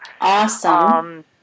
Awesome